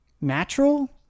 natural